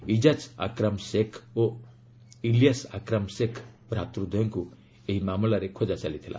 ଇଜାଜ ଆକ୍ରାମ୍ ସେଖ ୍ ଓ ଇଲିଆସ୍ ଆକ୍ରାମ ସେଖ୍ ଭାତୃଦ୍ୱୟଙ୍କୁ ଏହି ମାମଲାରେ ଖୋଜା ଚାଲିଥିଲା